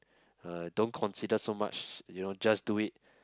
uh don't consider so much you know just do it